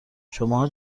شماها